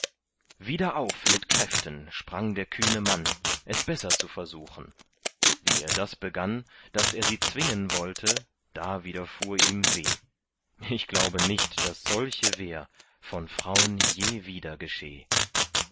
wieder auf mit kräften sprang der kühne mann es besser zu versuchen wie er das begann daß er sie zwingen wollte da widerfuhr ihm weh ich glaube nicht daß solche wehr von fraun je wieder gescheh